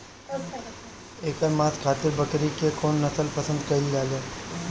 एकर मांस खातिर बकरी के कौन नस्ल पसंद कईल जाले?